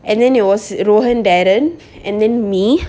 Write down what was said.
and then it was rowen darren and then me